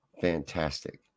Fantastic